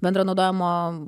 bendro naudojimo